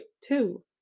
two